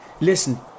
Listen